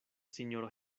sinjoro